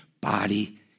body